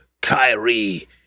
Kyrie